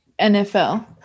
nfl